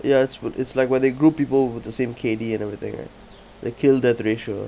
ya it's whe~ it's like where they group people with the same K_D and everything right the kill death ratio